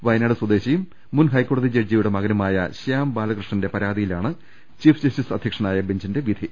വയനാട് സ്വദേശിയും മുൻ ഹൈക്കോ ടതി ജഡ്ജിയുടെ മകനുമായ ശ്യാം ബാലകൃഷ്ണന്റെ പരാതിയിലാണ് ചീഫ് ജസ്റ്റിസ് അധ്യക്ഷനായ ബെഞ്ചിന്റെ വിധി